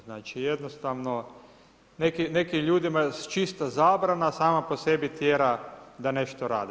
Znači jednostavno nekim ljudima čista zabrana sama po sebi tjera da nešto rade.